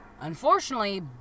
unfortunately